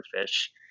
fish